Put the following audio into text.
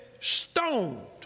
stoned